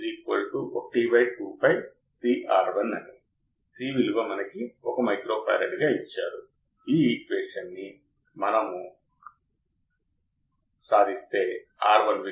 IC యొక్క ముఖ్యమైన building block ఒక అవకలన యాంప్లిఫైయర్ ఇది రెండు సంకేతాల మధ్య వ్యత్యాసాన్ని యాంప్లిఫై చేస్తుంది అద్భుతమైన స్థిరత్వం నాయిస్ మరియు ఇంటరెఫరెన్సు సిగ్నల్ కి అధిక ఇమ్మ్యూనిటీ కలిగి ఉంది